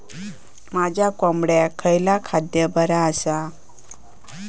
माझ्या कोंबड्यांका खयला खाद्य बरा आसा?